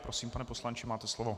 Prosím, pane poslanče, máte slovo.